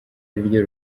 ariryo